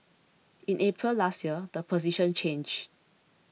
in April last year the position changed